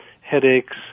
headaches